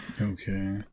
Okay